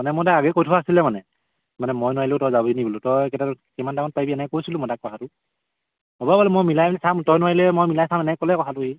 মানে মই তাক আগেয়ে কৈ থোৱা আছিলে মানে মানে মই নোৱাৰিলেও তই যাবিনি বুলি তই কেইটা কিমান টাইমত পাৰিবি এনেকৈ কৈছিলো মই তাক কথাটো হ'ব বোলে মই মিলাই মেলি চাম তই নোৱাৰিলে মই মিলাই চাম এনেকৈ ক'লে কথাটো সি